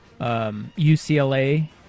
UCLA